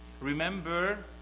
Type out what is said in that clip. Remember